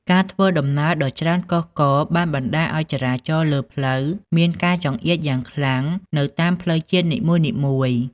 ការធ្វើដំណើរដ៏ច្រើនកុះករបានបណ្តាលឱ្យចរាចរណ៍លើផ្លូវមានការចង្អៀតយ៉ាងខ្លាំងនៅតាមផ្លូវជាតិនីមួយៗ។